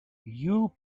you